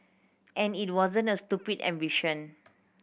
and it wasn't a stupid ambition